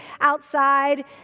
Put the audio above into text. outside